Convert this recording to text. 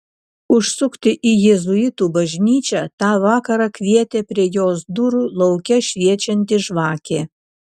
užsukti į jėzuitų bažnyčią tą vakarą kvietė prie jos durų lauke šviečianti žvakė